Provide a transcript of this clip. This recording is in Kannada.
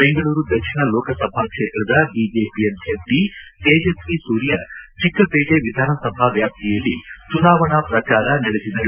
ಬೆಂಗಳೂರು ದಕ್ಷಿಣ ಲೋಕಸಭಾ ಕ್ಷೇತ್ರದ ಬಿಜೆಪಿ ಅಭ್ಯರ್ಥಿ ತೇಜಸ್ವಿ ಸೂರ್ಯ ಚಿಕ್ಕಪೇಟೆ ವಿಧಾನ ಸಭಾ ವ್ವಾಪ್ತಿಯಲ್ಲಿ ಚುನಾವಣಾ ಪ್ರಜಾರ ನಡೆಸಿದರು